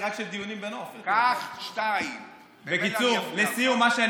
אני איתך נהנה מכל שיח בכל מצב, לא משנה איפה אני